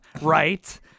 right